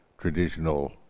traditional